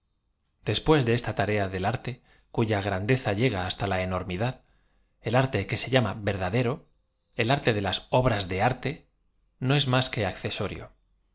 después de esta tarea del arte cuya gran deza llega hasta la enormidad el arte que se llama verdadero el arte de las obras de arte no es más que accesorio